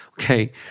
okay